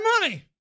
money